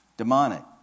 demonic